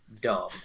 dumb